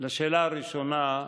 לשאלה הראשונה,